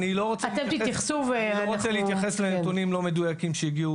אני לא רוצה להתייחס לנתונים הלא-מדויקים שהגיעו